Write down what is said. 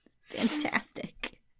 Fantastic